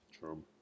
True